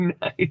nice